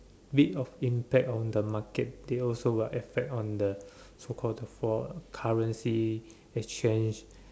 bit of impact on the market they also will affect on the so called the fall currency exchange